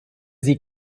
sie